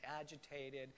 agitated